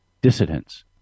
dissidents